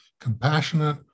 compassionate